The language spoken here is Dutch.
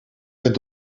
ben